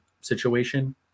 situation